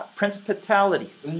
principalities